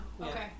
okay